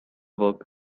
work